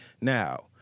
Now